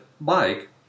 bike